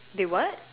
they what